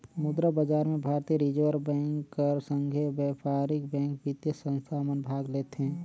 मुद्रा बजार में भारतीय रिजर्व बेंक कर संघे बयपारिक बेंक, बित्तीय संस्था मन भाग लेथें